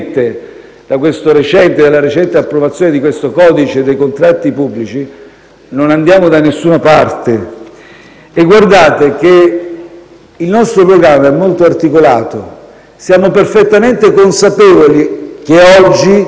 dalla recente approvazione del codice dei contratti pubblici, non andiamo da nessuna parte. Guardate che il nostro programma è molto articolato: siamo perfettamente consapevoli del